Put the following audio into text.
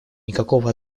никакого